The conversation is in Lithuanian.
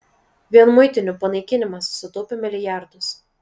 vien muitinių panaikinimas sutaupė milijardus